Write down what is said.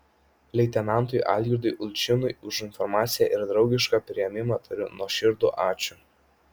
leitenantui algirdui ulčinui už informaciją ir draugišką priėmimą tariu nuoširdų ačiū